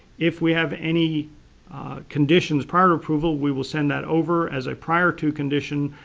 if we have any conditions prior to approval we will send that over as a prior to condition.